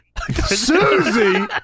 Susie